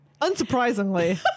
Unsurprisingly